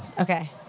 Okay